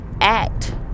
act